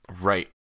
Right